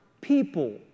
people